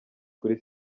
kuri